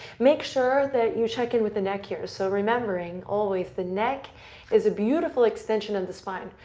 make sure that you check in with the neck here. so remembering always, the neck is a beautiful extension of the spine.